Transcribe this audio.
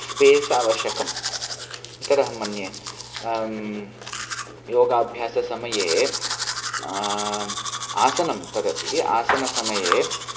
space आवश्यकम् एतदहं मन्ये योगाभ्याससमये आसनं तदपि आसनसमये